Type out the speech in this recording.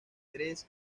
tres